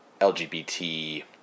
LGBT